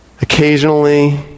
Occasionally